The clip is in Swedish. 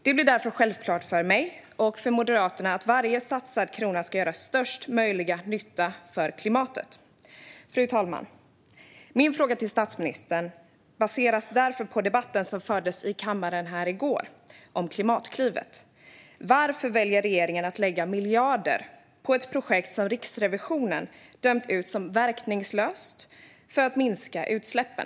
Det blir därför självklart för mig och Moderaterna att varje satsad krona ska göra största möjliga nytta för klimatet. Fru talman! Min fråga till statsministern baseras på debatten om Klimatklivet, som fördes i kammaren i går. Varför väljer regeringen att lägga miljarder på ett projekt som Riksrevisionen dömt ut som verkningslöst för att minska utsläppen?